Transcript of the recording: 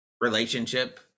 relationship